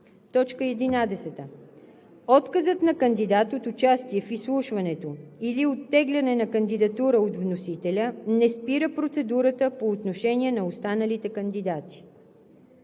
кандидат. 11. Отказът на кандидат от участие в изслушването или оттегляне на кандидатура от вносителя не спира процедурата по отношение на останалите кандидати.